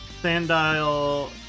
Sandile